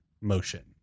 motion